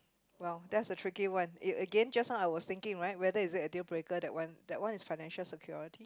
well that's a tricky one again just now I was thinking right whether is it a deal breaker that one that one is financial security